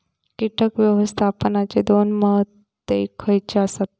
कीटक व्यवस्थापनाचे दोन मुद्दे खयचे आसत?